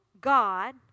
God